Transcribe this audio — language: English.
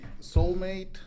soulmate